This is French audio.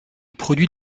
produit